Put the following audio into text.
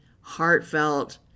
heartfelt